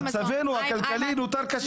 מצבנו הכלכלי נותר קשה.